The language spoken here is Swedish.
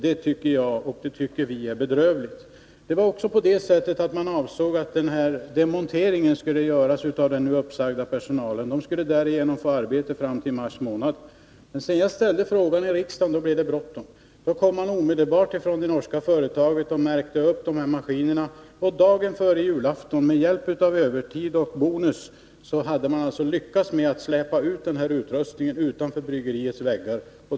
Det tycker jag och andra med mig är bedrövligt. Vidare avsåg man att demonteringen skulle utföras av den nu uppsagda personalen, som därigenom skulle få arbete fram till mars månad. Men efter det att jag framställt en fråga i riksdagen blev det bråttom. Omedelbart kom representanter för det norska företaget och märkte upp maskinerna. Dagen före julafton hade man — med hjälp av övertid och bonus — lyckats släpa ut utrustningen utanför bryggeriets väggar.